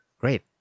Great